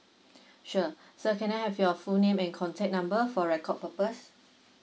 sure sir can I have your full name and contact number for record purpose